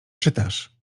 czytasz